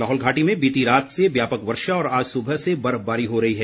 लाहौल घाटी में बीती रात से व्यापक वर्षा और आज सुबह से बर्फबारी हो रही है